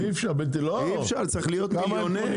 אי אפשר, צריך להיות מיליונרים.